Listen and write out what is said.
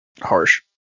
Harsh